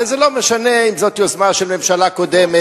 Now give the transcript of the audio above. וזה לא משנה אם זאת יוזמה של ממשלה קודמת.